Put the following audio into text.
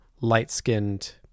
light-skinned